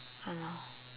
ya lor